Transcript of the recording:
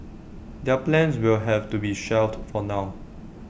their plans will have to be shelved for now